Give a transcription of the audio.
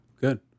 good